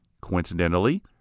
Coincidentally